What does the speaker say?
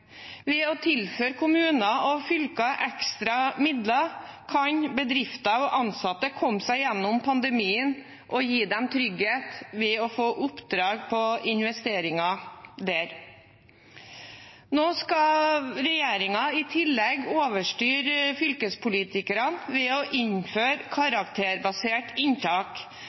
Ved å tilføre kommuner og fylker ekstra midler kan bedrifter og ansatte komme seg gjennom pandemien og gis trygghet – ved å få oppdrag av investeringer der. Nå skal regjeringen i tillegg overstyre fylkespolitikerne ved å innføre karakterbasert inntak.